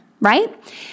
Right